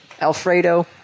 Alfredo